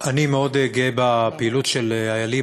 אני מאוד גאה בפעילות של "איילים".